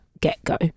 get-go